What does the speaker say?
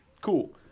cool